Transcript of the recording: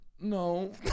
No